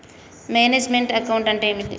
Manage meant account అంటే ఏమిటి?